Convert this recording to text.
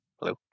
Hello